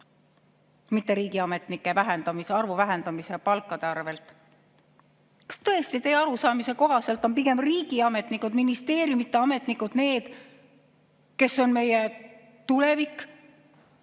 mitte riigiametnike arvu vähendamise ja palkade arvel. Kas tõesti teie arusaamise kohaselt on pigem riigiametnikud, ministeeriumide ametnikud need, kes on meie tulevik,